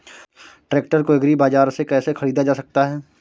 Tractor को agri बाजार से कैसे ख़रीदा जा सकता हैं?